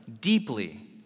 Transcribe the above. deeply